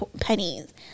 pennies